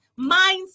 Mindset